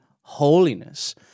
holiness